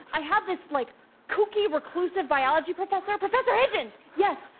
i have this like kooky, reclusive biology professor, professor hidgens! yes!